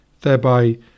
thereby